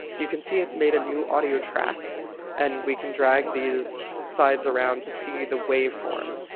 you can see it's made a new audio track and we can drag these sides around to see the waveform.